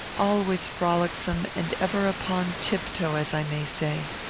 always frolicsome, and ever upon tiptoe, as i may say.